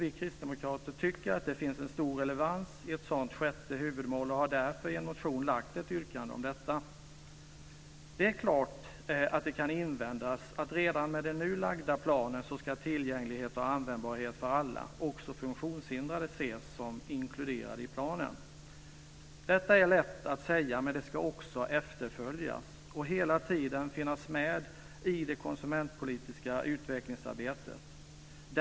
Vi kristdemokrater tycker att det finns en stor relevans i ett sådant sjätte huvudmål och har därför i en motion lagt ett yrkande om detta. Det är klart att det kan invändas att redan med den nu lagda planen ska tillgänglighet och användbarhet för alla, också funktionshindrade, ses som inkluderade i planen. Detta är lätt att säga, men det ska också efterföljas och hela tiden finnas med i det konsumentpolitiska utvecklingsarbetet.